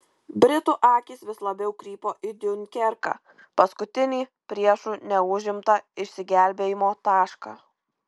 britų akys vis labiau krypo į diunkerką paskutinį priešų neužimtą išsigelbėjimo tašką